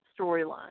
storyline